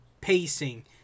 pacing